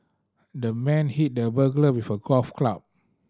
the man hit the burglar with a golf club